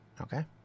Okay